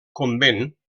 convent